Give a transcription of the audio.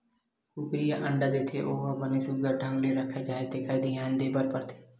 कुकरी ह अंडा देथे ओ ह बने सुग्घर ढंग ले रखा जाए तेखर धियान देबर परथे